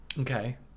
Okay